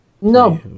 No